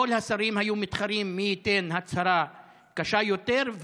וכל השרים היו מתחרים מי ייתן הצהרה קשה יותר,